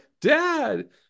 Dad